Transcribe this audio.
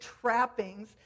trappings